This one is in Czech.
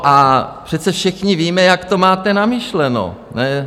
A přece všichni víme, jak to máte namyšleno, ne?